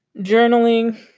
Journaling